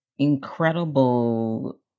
incredible